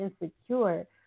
insecure